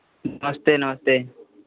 नमस्ते नमस्ते